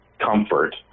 comfort